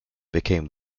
became